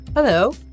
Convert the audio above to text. Hello